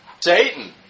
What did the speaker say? Satan